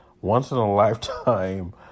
once-in-a-lifetime